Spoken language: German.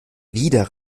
wieder